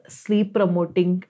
sleep-promoting